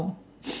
no